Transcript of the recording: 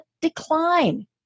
decline